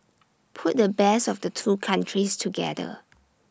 put the best of the two countries together